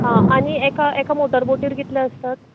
आं आनी एका एका मोटरबोटीर कितले आसतात